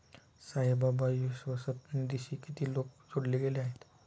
साईबाबा विश्वस्त निधीशी किती लोक जोडले गेले आहेत?